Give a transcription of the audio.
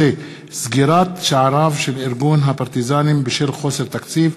וטלי פלוסקוב בנושא: סגירת שעריו של ארגון הפרטיזנים בשל חוסר תקציב.